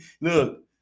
look